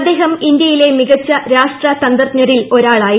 അദ്ദേഹം ഇന്ത്യയിലെ ഒരു മികച്ച രാഷ്ട്രതന്തജ്ഞരിൽ ഒരാളായിരുന്നു